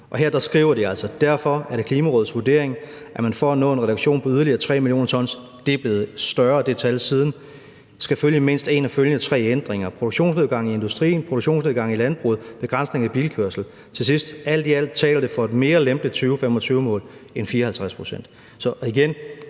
her skriver de altså: Derfor er det Klimarådets vurdering, at man for at nå en reduktion på yderligere 3 mio. t – det tal er siden blevet større – skal følge mindst en af følgende tre ændringer: en produktionsnedgang i industrien, en produktionsnedgang i landbruget, en begrænsning af bilkørslen. Og til sidst: Alt i alt taler det for et mere lempeligt 2025-mål end 54 pct.